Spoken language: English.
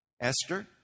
Esther